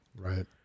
Right